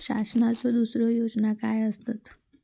शासनाचो दुसरे योजना काय आसतत?